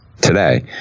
today